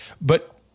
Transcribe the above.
But-